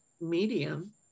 medium